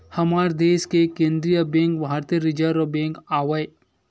हमर देस के केंद्रीय बेंक भारतीय रिर्जव बेंक आवय